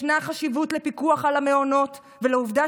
ישנה חשיבות לפיקוח על המעונות ולעובדה